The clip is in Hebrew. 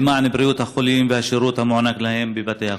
למען בריאות החולים והשירות המוענק להם בבתי החולים.